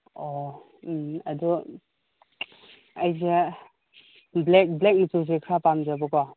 ꯑꯣ ꯎꯝ ꯑꯗꯣ ꯑꯩꯁꯦ ꯕ꯭ꯂꯦꯛ ꯃꯆꯨꯁꯦ ꯈꯔ ꯄꯥꯝꯖꯕꯀꯣ